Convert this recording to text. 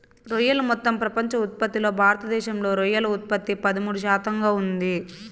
రొయ్యలు మొత్తం ప్రపంచ ఉత్పత్తిలో భారతదేశంలో రొయ్యల ఉత్పత్తి పదమూడు శాతంగా ఉంది